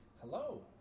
Hello